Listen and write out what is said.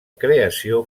creació